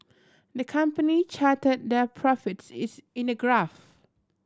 the company charted their profits in a graph